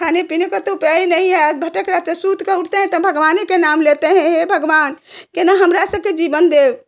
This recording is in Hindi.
खाने पीने का तो उपाय नहीं हैं भटक रहे थे सो के उठते हैं तो भगवान ही के नाम लेते हैं हे भगवान कहे ना हम रहे सके जीवन दे